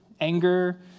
anger